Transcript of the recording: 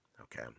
okay